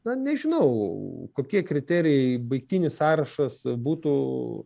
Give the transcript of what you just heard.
na nežinau kokie kriterijai baigtinis sąrašas būtų